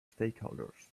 stakeholders